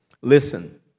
Listen